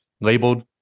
labeled